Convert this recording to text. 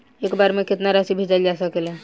एक बार में केतना राशि भेजल जा सकेला?